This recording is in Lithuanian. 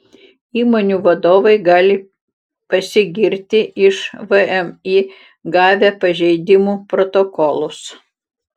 įmonių vadovai gali pasigirti iš vmi gavę pažeidimų protokolus